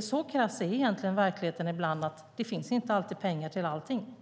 Så krass är egentligen verkligheten ibland att det inte alltid finns pengar till allting.